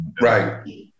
Right